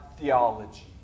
theology